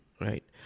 right